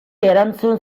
erantzun